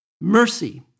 Mercy